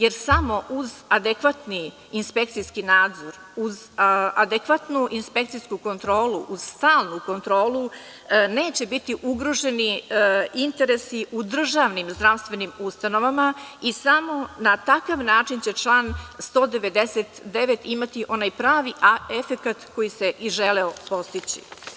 Jer samo uz adekvatni inspekcijski nadzor, uz adekvatnu inspekcijsku kontrolu, uz stalnu kontrolu neće biti ugroženi interesi u državnim zdravstvenim ustanovama i samo na takav način će član 199. imati onaj pravi A efekat koji se i želeo postići.